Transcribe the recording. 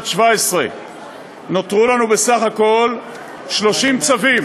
17'. נותרו לנו בסך הכול 30 צווים,